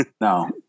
No